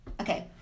Okay